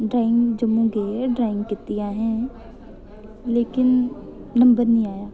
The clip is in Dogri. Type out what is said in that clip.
ड्राइंग जम्मू गे ड्राइंग कीती असें लेकिन नम्बर नेईं आया